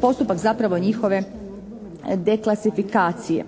postupak zapravo njihove deklasifikacije.